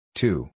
two